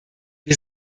wir